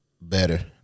Better